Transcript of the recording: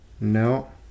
No